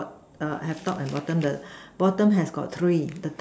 err have top and bottom the bottom has got three the top